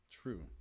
true